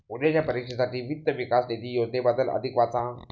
उद्याच्या परीक्षेसाठी वित्त विकास निधी योजनेबद्दल अधिक वाचा